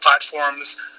platforms